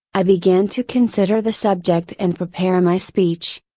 i began to consider the subject and prepare my speech.